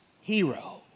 hero